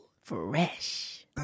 Fresh